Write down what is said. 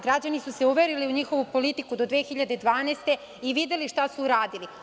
Građani su se uverili u njihovu politiku do 2012. godine i videli šta su uradili.